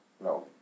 No